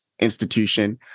institution